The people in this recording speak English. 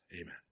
Amen